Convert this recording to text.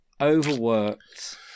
overworked